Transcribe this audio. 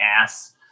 ass